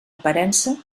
aparença